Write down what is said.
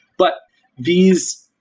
but these,